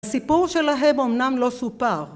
הסיפור שלהם אמנם לא סופר.